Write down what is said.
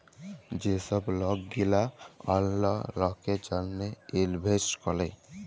যে ছব লক গিলা অল্য লকের জ্যনহে ইলভেস্ট ক্যরে